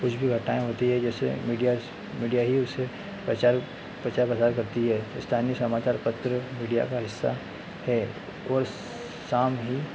कुछ भी घटनाएँ होती है जैसे मीडियाज़ मीडिया ही उसे प्रचार प्रचार प्रसार करती है स्थानीय समाचार पत्र मीडिया का हिस्सा है और सामूहिक